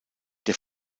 der